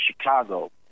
Chicago